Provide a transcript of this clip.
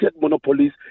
monopolies